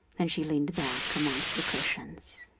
then she leaned back amongst the cushions.